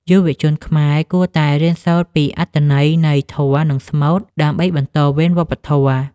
យុវជនខ្មែរគួរតែរៀនសូត្រពីអត្ថន័យនៃធម៌ និងស្មូត ដើម្បីបន្តវេនវប្បធម៌។